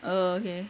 oh okay